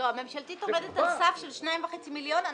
הממשלתית עומדת על סף של 2.5 מיליון.